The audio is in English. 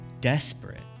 desperate